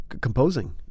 composing